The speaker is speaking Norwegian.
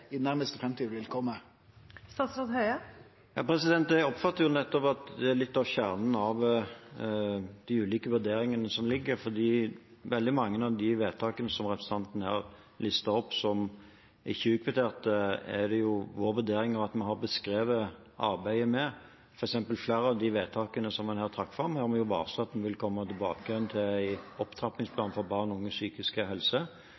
i nærmaste framtid? Jeg oppfatter at det nettopp er litt av kjernen i de ulike vurderingene som foreligger, for veldig mange av de vedtakene som representanten her listet opp som ikke utkvitterte, er det vår vurdering at vi har beskrevet arbeidet med. Flere av de vedtakene som han her trakk fram, har vi varslet at vi vil komme tilbake til i en opptrappingsplan for barn og unges psykiske helse.